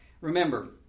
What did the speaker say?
Remember